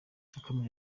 yakomeje